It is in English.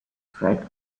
fat